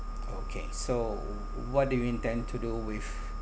okay so w~ what do you intend to do with